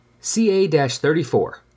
CA-34